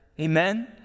Amen